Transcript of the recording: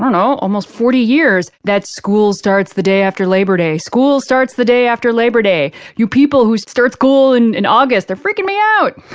you know almost forty years that school starts the day after labor day. school starts the day after labor day. you people who start school and in august, they're freaking me out.